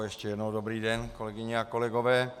Ještě jednou dobrý den kolegyně a kolegové.